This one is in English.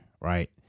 Right